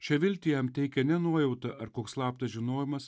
šią viltį jam teikia ne nuojauta ar koks slaptas žinojimas